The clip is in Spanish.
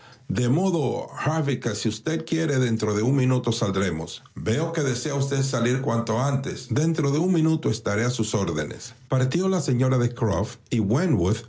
de modo harville que si usted quiere dentro de un minuto saldremos veo que desea usted salir cuanto antes dentro de un minuto estaré a sus órdenes partió la señora de croft y